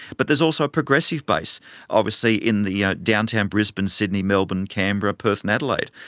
but there's also a progressive base obviously in the downtown brisbane, sydney, melbourne, canberra, perth, and adelaide.